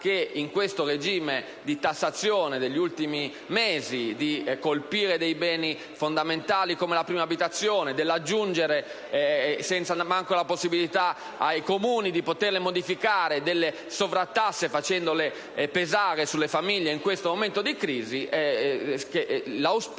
che in questo regime di tassazione degli ultimi mesi, che colpisce dei beni fondamentali come la prima abitazione e aggiunge, senza neanche la possibilità per i Comuni di poterle modificare, delle sovrattasse facendole pesare sulle famiglie in questo momento di crisi, ci sia